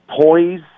Poise